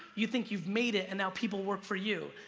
you think you've made it, and now people work for you.